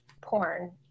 porn